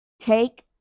Take